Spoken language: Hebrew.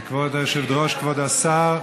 כבוד היושבת-ראש,